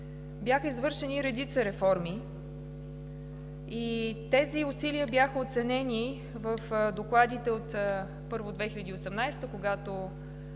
бяха извършени редица реформи и тези усилия бяха оценени в докладите, първо, през 2018 г., когато